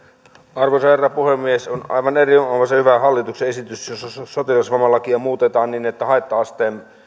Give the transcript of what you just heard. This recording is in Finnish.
arvoisa herra puhemies on aivan erinomaisen hyvä hallituksen esitys jossa sotilasvammalakia muutetaan niin että haitta asteen